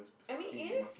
I mean it is